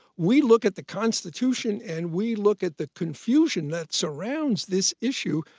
we look at the constitution and we look at the confusion that surrounds this issue.